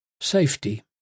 safety